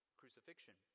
crucifixion